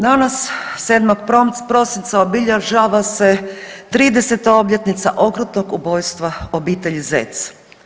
Danas, 7. prosinca obilježava se 30 obljetnica okrutnog ubojstva obitelji Zec.